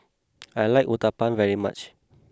I like Uthapam very much